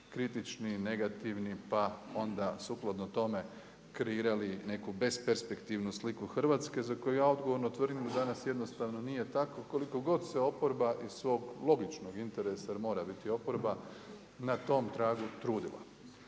kritični, negativni pa onda sukladno tome kreirali neku besperspektivnu sliku Hrvatske za koju ja odgovorno tvrdim da danas jednostavno nije tako, koliko god se oporba iz svog logičnog interesa jer mora biti oporba, na tom tragu trudila.